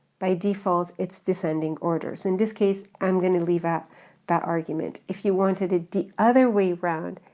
by default it's descending order. so in this case i'm gonna leave out that argument. if you wanted it the other way round,